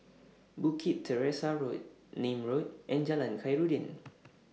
Bukit Teresa Road Nim Road and Jalan Khairuddin